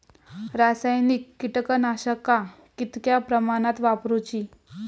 रासायनिक कीटकनाशका कितक्या प्रमाणात वापरूची?